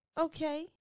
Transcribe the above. Okay